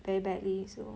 very badly so